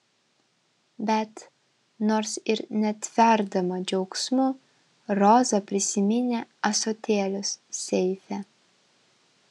bet nors ir netverdama džiaugsmu roza prisiminė ąsotėlius seife